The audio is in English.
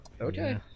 Okay